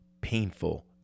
painful